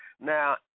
Now